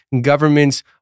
governments